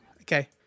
Okay